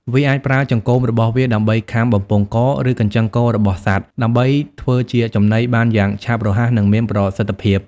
វាអាចប្រើចង្កូមរបស់វាដើម្បីខាំបំពង់ក ឬកញ្ចឹងករបស់សត្វ ដើម្បីធ្វើជាចំណីបានយ៉ាងឆាប់រហ័ស និងមានប្រសិទ្ធភាព។